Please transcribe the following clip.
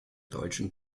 deutschen